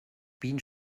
bienen